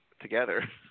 together